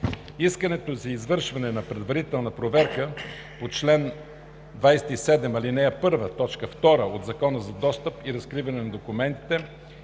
Искането за извършване на предварителна проверка по чл. 27, ал. 1, т. 2 от Закона за достъп и разкриване на документите